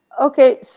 Okay